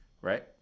right